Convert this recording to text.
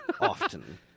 often